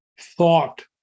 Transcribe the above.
thought